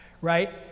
right